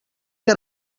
que